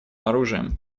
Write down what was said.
оружием